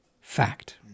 fact